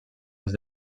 est